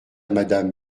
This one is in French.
madame